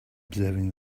observing